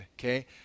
okay